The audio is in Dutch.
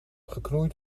geknoeid